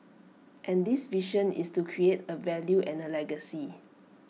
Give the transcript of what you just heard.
and this vision is to create A value and A legacy